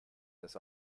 this